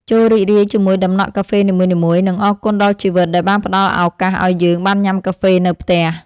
ចូររីករាយជាមួយដំណក់កាហ្វេនីមួយៗ និងអរគុណដល់ជីវិតដែលបានផ្ដល់ឱកាសឱ្យយើងបានញ៉ាំកាហ្វេនៅផ្ទះ។